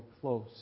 close